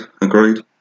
agreed